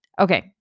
Okay